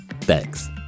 Thanks